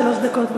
שלוש דקות.